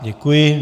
Děkuji.